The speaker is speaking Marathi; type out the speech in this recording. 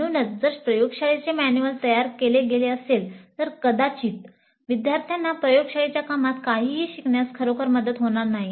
म्हणूनच जर प्रयोगशाळेचे मॅन्युअल तयार केले गेले असेल तर कदाचित विद्यार्थ्यांना प्रयोगशाळेच्या कामात काहीही शिकण्यास खरोखर मदत होणार नाही